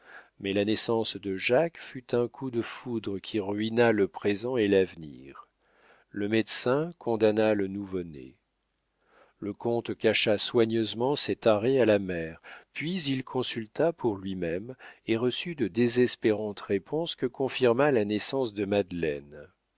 mais la naissance de jacques fut un coup de foudre qui ruina le présent et l'avenir le médecin condamna le nouveau-né le comte cacha soigneusement cet arrêt à la mère puis il consulta pour lui-même et reçut de désespérantes réponses que confirma la naissance de madeleine